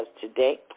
today